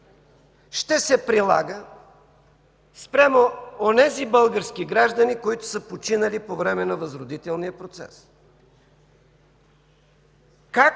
ще се прилага спрямо онези български граждани, които са починали по време на възродителния процес? Как